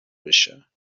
بشه